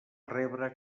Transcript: rebre